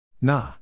Nah